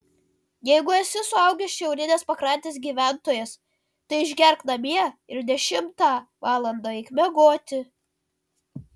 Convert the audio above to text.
jeigu esi suaugęs šiaurinės pakrantės gyventojas tai išgerk namie ir dešimtą valandą eik miegoti